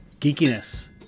geekiness